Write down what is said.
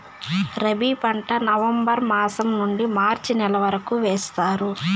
రబీ పంట నవంబర్ మాసం నుండీ మార్చి నెల వరకు వేస్తారు